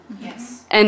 Yes